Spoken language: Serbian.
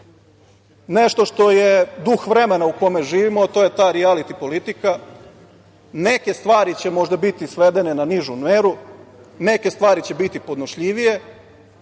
nešto što je duh vremena u kome živimo, a to je ta rijaliti politika. Neke stvari će možda biti svedene na nižu meru, neke stvari će biti podnošljivije,